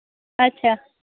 اَچھا